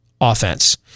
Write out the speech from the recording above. offense